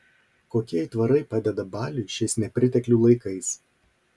kokie aitvarai padeda baliui šiais nepriteklių laikais